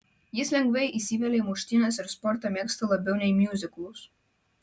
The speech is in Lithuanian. jis lengvai įsivelia į muštynes ir sportą mėgsta labiau nei miuziklus